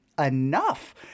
enough